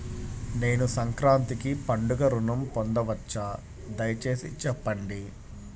నేను సంక్రాంతికి పండుగ ఋణం పొందవచ్చా? దయచేసి చెప్పండి?